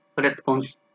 response